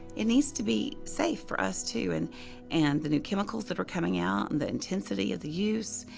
it needs to be safe for us, too. and and the new chemicals that are coming out, and the intensity of the use,